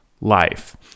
life